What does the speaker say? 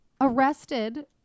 arrested